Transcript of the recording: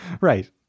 Right